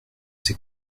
ces